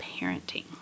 parenting